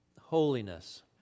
holiness